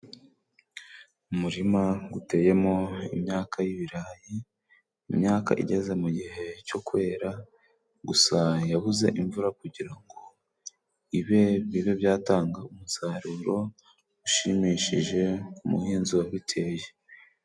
Umurima uteyemo imyaka y'ibirayi , imyaka igeze mu gihe cyo kwera gusa yabuze imvura kugira ngo bibe byatanga umusaruro ushimishije ku muhinzi wabiteye.